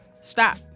stop